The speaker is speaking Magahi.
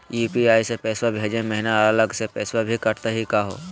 यू.पी.आई स पैसवा भेजै महिना अलग स पैसवा भी कटतही का हो?